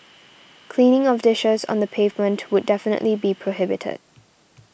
cleaning of dishes on the pavement would definitely be prohibited